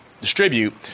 distribute